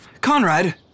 Conrad